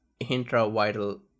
intravital